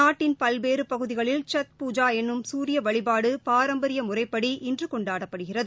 நாட்டின் பல்வேறு பகுதிகளில் சத் பூஜா எனும் சூரிய வழிபாடு பாரம்பரிய முறைப்படிஇன்று கொண்டாடப்படுகிறது